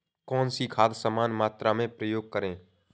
कौन सी खाद समान मात्रा में प्रयोग करें?